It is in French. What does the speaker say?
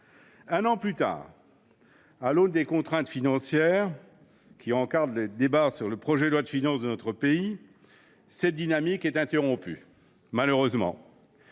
un an plus tard, à l’aune des contraintes financières qui encadrent les débats sur le projet de loi de finances de notre pays, cette dynamique est interrompue. En effet,